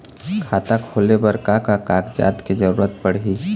खाता खोले बर का का कागजात के जरूरत पड़ही?